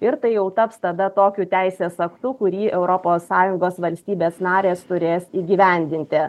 ir tai jau taps tada tokiu teisės aktu kurį europos sąjungos valstybės narės turės įgyvendinti